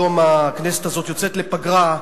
היום הכנסת הזאת יוצאת לפגרה,